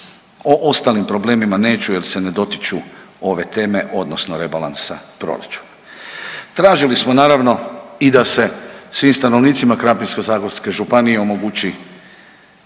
O ostalim problemima neću jel se ne dotiču ove teme odnosno rebalansa proračuna. Tražili smo naravno i da se svim stanovnicima Krapinsko-zagorske županije omogući